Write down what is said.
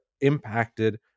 impacted